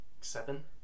Seven